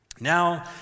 Now